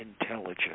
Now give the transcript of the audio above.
intelligence